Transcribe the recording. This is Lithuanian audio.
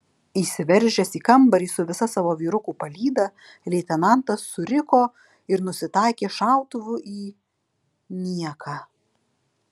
įsiveržęs į kambarį su visa savo vyrukų palyda leitenantas suriko ir nusitaikė šautuvu į nieką